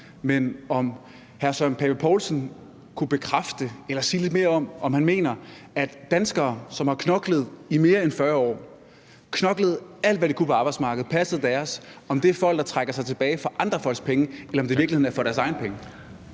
– om hr. Søren Pape Poulsen kan bekræfte eller sige lidt mere om, hvorvidt han mener, at danskere, som har knoklet i mere end 40 år, som har knoklet alt, hvad de kunne på arbejdsmarkedet og passet deres, er folk, der trækker sig tilbage for andre folk penge, eller om det i virkeligheden er for deres egne penge.